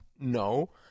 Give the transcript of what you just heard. no